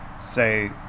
say